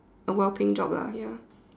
a well paying job lah ya